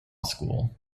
school